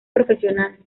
profesional